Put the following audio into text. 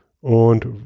und